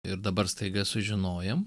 ir dabar staiga sužinojom